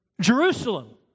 Jerusalem